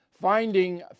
Finding